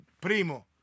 primo